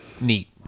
neat